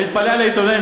אני מתפלא על העיתונאים,